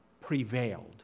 prevailed